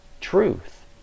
truth